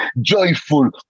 joyful